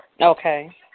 Okay